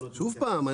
שוב פעם,